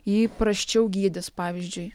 jį prasčiau gydys pavyzdžiui